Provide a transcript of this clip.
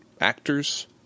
actors